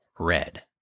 Red